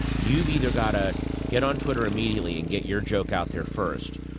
you've either got to get on twitter immediately and get your joke out there first,